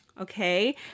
okay